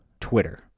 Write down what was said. twitter